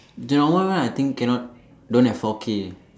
that one one I think cannot don't have have four K